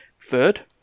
third